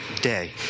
day